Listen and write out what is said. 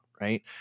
Right